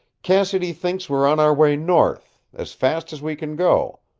cassidy thinks we're on our way north, as fast as we can go.